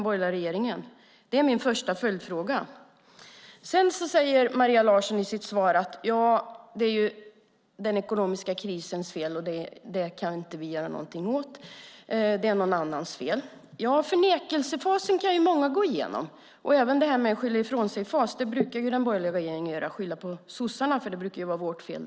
Maria Larsson säger i svaret att det är den ekonomiska krisens fel och att man inte kan göra något åt det. Det är någon annans fel. Förnekelsefasen kan många gå igenom. Det gäller även skyllaifrånsigfasen. Den borgerliga regeringen brukar skylla på sossarna; det mesta brukar ju vara vårt fel.